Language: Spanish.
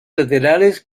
laterales